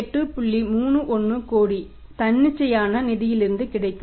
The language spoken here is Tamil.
31 கோடி தன்னிச்சையான நிதியிலிருந்து கிடைக்கும்